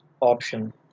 option